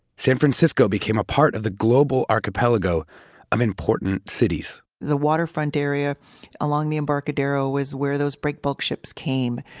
san francisco became a part of the global archipelago of important cities the waterfront area along the embarcadero was where those breakbulk ships came,